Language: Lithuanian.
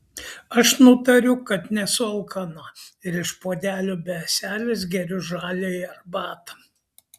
aš nutariu kad nesu alkana ir iš puodelio be ąselės geriu žaliąją arbatą